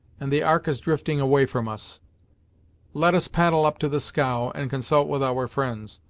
and the ark is drifting away from us let us paddle up to the scow, and consult with our friends.